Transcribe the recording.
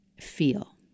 feel